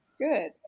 Good